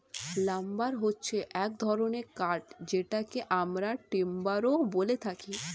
lumber হচ্ছে এক ধরনের কাঠ যেটাকে আমরা টিম্বারও বলে থাকি